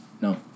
No